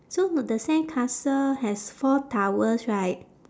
so the sandcastle has four towers right